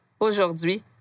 Aujourd'hui